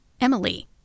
Emily